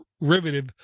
derivative